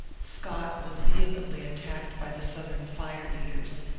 scott was vehemently attacked by the southern fire-eaters,